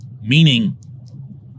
meaning